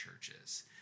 churches